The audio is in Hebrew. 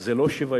זה לא שוויון.